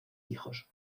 hijos